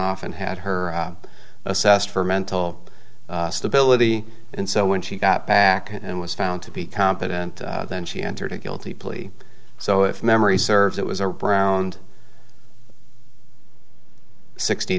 off and had her assessed for mental stability and so when she got back and was found to be competent then she entered a guilty plea so if memory serves it was a browned sixty